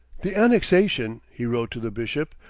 the annexation, he wrote to the bishop,